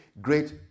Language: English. great